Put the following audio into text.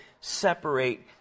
separate